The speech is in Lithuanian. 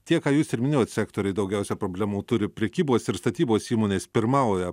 tiek ką jūs ir minėjot sektoriai daugiausiai problemų turi prekybos ir statybos įmonės pirmauja